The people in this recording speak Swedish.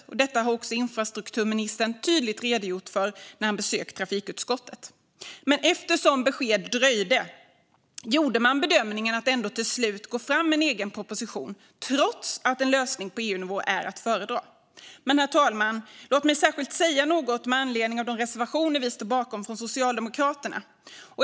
Detta redogjorde också infrastrukturministern tydligt för när han besökte trafikutskottet. Men eftersom besked dröjde gjorde man bedömningen att ändå till slut gå fram med en egen proposition, trots att en lösning på EU-nivå är att föredra. Herr talman! Låt mig särskilt säga något med anledning av de reservationer som vi från Socialdemokraterna står bakom.